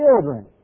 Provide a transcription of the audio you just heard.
children